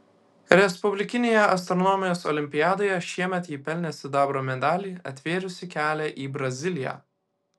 respublikinėje astronomijos olimpiadoje šiemet ji pelnė sidabro medalį atvėrusį kelią į braziliją